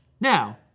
Now